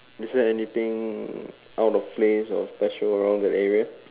is there anything out of place or special around that area